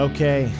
Okay